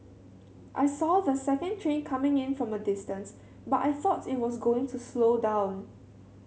I saw the second train coming in from a distance but I thought it was going to slow down